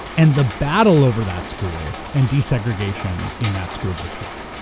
and the battle over that school and desegregation in that school district,